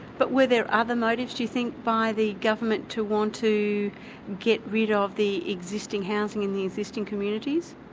but where there other motives do you think, by the government to want to get rid ah of the existing housing and the existing communities?